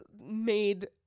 made